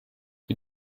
die